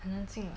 很难信 [what]